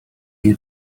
you